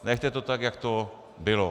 Nechte to tak, jak to bylo.